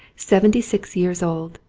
seventy-six years old.